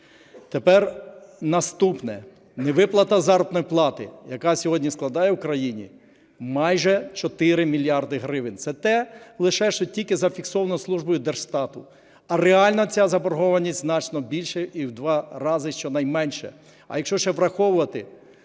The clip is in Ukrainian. Тепер наступне – невиплата заробітної плати, яка сьогодні складає у країні майже 4 мільярди гривень. Це те лише, що тільки зафіксовано службою Держстату, а реально ця заборгованість значно більша, і у 2 рази щонайменше. А якщо ще враховувати,